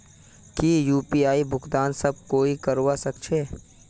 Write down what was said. की यु.पी.आई भुगतान सब कोई ई करवा सकछै?